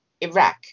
Iraq